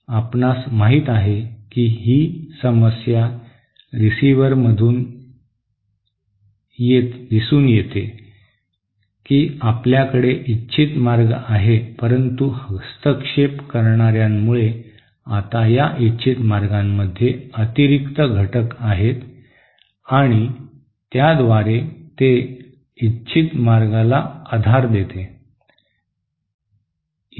आपणास माहित आहे की ही समस्या रिसीव्हरमध्ये दिसून येते की आपल्याकडे इच्छित मार्ग आहे परंतु हस्तक्षेप करणार्यांमुळे आता या इच्छित मार्गामध्ये अतिरिक्त घटक आहेत आणि त्याद्वारे ते इच्छित मार्गाला आधार देते